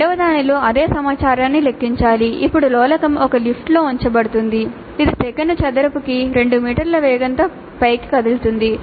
రెండవదానిలో అదే సమాచారాన్ని లెక్కించాలి ఇప్పుడు లోలకం ఒక లిఫ్ట్లో ఉంచబడుతుంది ఇది సెకను చదరపుకి 2 మీటర్ల వేగంతో పైకి కదులుతుంది